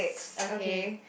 okay